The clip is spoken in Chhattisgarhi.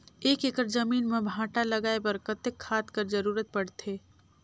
एक एकड़ जमीन म भांटा लगाय बर कतेक खाद कर जरूरत पड़थे?